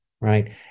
right